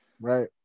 right